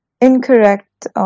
incorrect